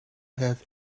have